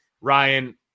Ryan